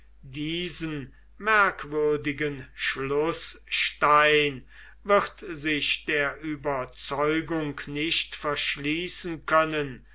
diesen merkwürdigen schlußstein wird sich der überzeugung nicht verschließen können